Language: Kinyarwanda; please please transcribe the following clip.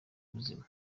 ubuzima